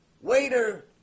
waiter